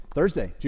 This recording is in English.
Thursday